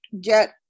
get